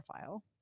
file